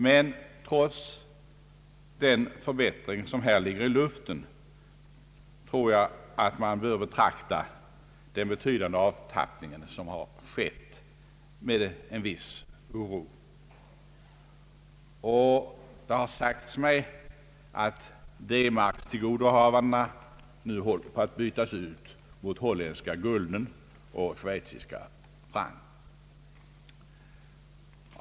Men trots den förbättring, som här ligger i luften, bör man nog betrakta den betydande avtappning som skett med en viss oro. Det har sagts mig att tillgodohavandena i D-mark nu håller-:på att bytas ut mot holländska gulden och schweiziska francs.